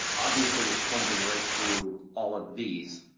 obviously it was plunging right through all of these,